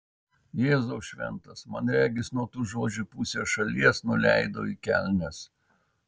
jėzau šventas man regis nuo tų žodžių pusė šalies nuleido į kelnes